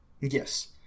yes